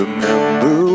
Remember